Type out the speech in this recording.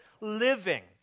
living